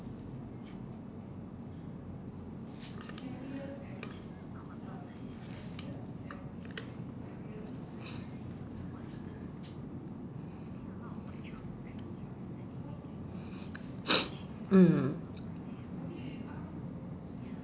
mm